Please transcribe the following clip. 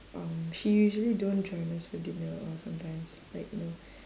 um she usually don't join us for dinner or sometimes like you know